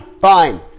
Fine